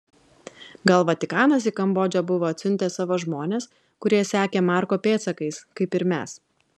gal vatikanas į kambodžą buvo atsiuntęs savo žmones kurie sekė marko pėdsakais kaip ir mes